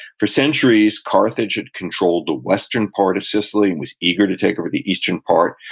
for centuries, carthage had controlled the western part of sicily and was eager to take over the eastern part.